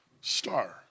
star